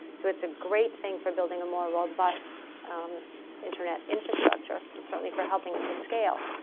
so it's a great thing for building a more robust internet infrastructure and certainly for helping it to scale,